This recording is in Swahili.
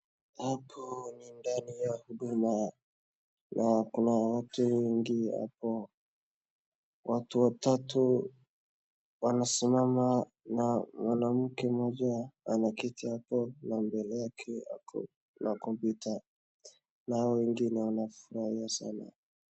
Hapo ni ndani ya huduma na kuna watu wengi hapo. Watu watatu wanasimama na mwanamke mmoja anaketi hapo na mbele yake ako na kompyuta na hao wengine wanafurahia sana.